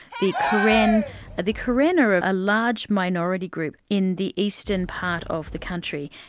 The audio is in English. the karen ah the karen are a large minority group in the eastern part of the country,